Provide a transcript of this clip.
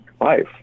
life